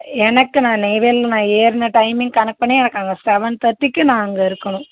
எனக்கு நான் நெய்வேலியில நான் ஏறின டைமிங் கணக்கு பண்ணி எனக்கு அங்கே செவன் தேர்ட்டிக்கு நான் அங்கே இருக்கணும்